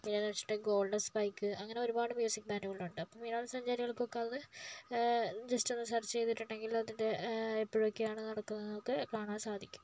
പിന്നെ എന്ന് വെച്ചിട്ടുണ്ടെങ്കിൽ ഗോൾഡൻ സ്ട്രൈക് അങ്ങനെ ഒരുപാട് മ്യൂസിക് ബാൻഡ്കളുണ്ട് അപ്പോൾ വിനോദ സഞ്ചരികൾക്കൊക്കെ അത് ജസ്റ്റ് ഒന്ന് സെർച്ച് ചെയ്തിട്ടുണ്ടെങ്കിൽ അതിൻറെ എപ്പോഴൊക്കെയാണ് നടക്കുന്നത് എന്നൊക്കെ കാണാൻ സാധിക്കും